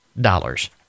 dollars